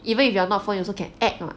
even if you are not firm you also can act ah